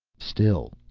still,